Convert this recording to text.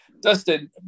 Dustin